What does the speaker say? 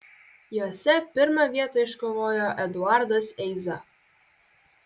jose pirmą vietą iškovojo eduardas eiza